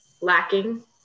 lacking